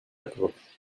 ergriff